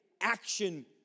action